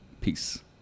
Peace